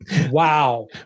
wow